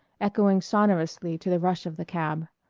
echoing sonorously to the rush of the cab.